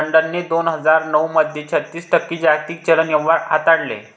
लंडनने दोन हजार नऊ मध्ये छत्तीस टक्के जागतिक चलन व्यवहार हाताळले